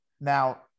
Now